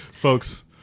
folks